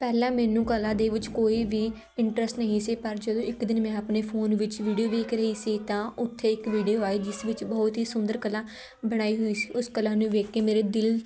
ਪਹਿਲਾਂ ਮੈਨੂੰ ਕਲਾ ਦੇ ਵਿੱਚ ਕੋਈ ਵੀ ਇਟਰਸਟ ਨਹੀਂ ਸੀ ਪਰ ਜਦੋਂ ਇੱਕ ਦਿਨ ਮੈਂ ਫੋਨ ਵਿੱਚ ਵੀਡੀਓ ਵੇਖ ਰਹੀ ਸੀ ਤਾਂ ਉੱਥੇ ਇੱਕ ਵੀਡੀਓ ਆਈ ਜਿਸ ਵਿੱਚ ਬਹੁਤ ਹੀ ਸੁੰਦਰ ਕਲਾ ਬਣਾਈ ਹੋਈ ਸੀ ਉਸ ਕਲਾ ਨੂੰ ਵੇਖ ਕੇ ਮੇਰੇ ਦਿਲ